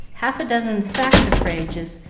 half a dozen saxifrages,